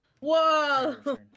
Whoa